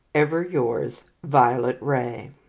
ever yours, violet wray.